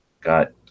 got